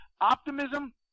optimism